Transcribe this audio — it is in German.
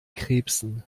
krebsen